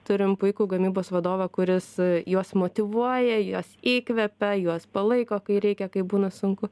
turim puikų gamybos vadovą kuris juos motyvuoja juos įkvepia juos palaiko kai reikia kai būna sunku